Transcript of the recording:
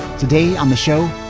today on the show,